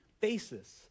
basis